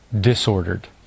disordered